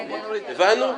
הבנו?